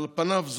על פניו,